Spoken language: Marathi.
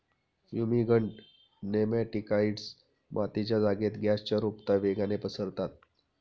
फ्युमिगंट नेमॅटिकाइड्स मातीच्या जागेत गॅसच्या रुपता वेगाने पसरतात